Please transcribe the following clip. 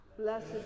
Blessed